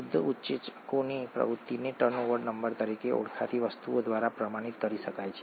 શુદ્ધ ઉત્સેચકોની પ્રવૃત્તિને ટર્નઓવર નંબર તરીકે ઓળખાતી વસ્તુ દ્વારા પ્રમાણિત કરી શકાય છે